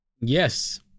Yes